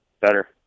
better